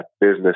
business